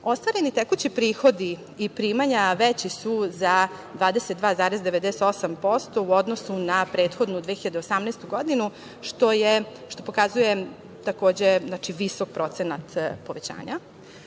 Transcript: tekući prihodi i primanja veći su za 22,98% u odnosu na prethodnu 2018. godinu, što pokazuje takođe, znači, visok procenat povećanja. Ako